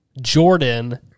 jordan